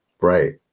Right